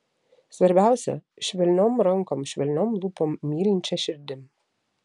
svarbiausia švelniom rankom švelniom lūpom mylinčia širdim